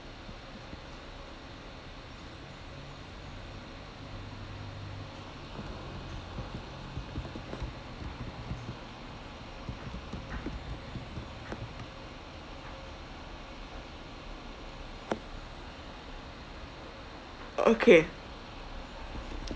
okay